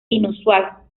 inusual